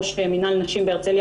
ראש מינהל נשים בהרצליה,